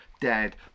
dead